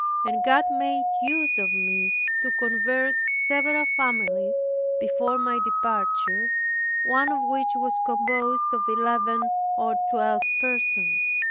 and god made use of me to convert several families before my departure one of which was composed of eleven or twelve persons.